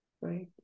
right